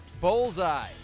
Bullseye